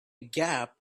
gap